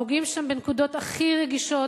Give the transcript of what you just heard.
נוגעים שם בנקודות הכי רגישות,